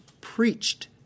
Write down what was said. preached